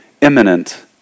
imminent